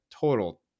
total